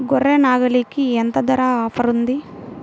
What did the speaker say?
గొర్రె, నాగలికి ఎంత ధర ఆఫర్ ఉంది?